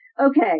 Okay